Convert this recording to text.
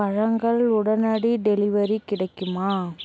பழங்கள் உடனடி டெலிவரி கிடைக்குமா